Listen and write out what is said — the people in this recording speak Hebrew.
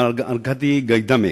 מר ארקדי גאידמק,